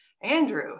Andrew